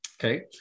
Okay